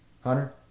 Hunter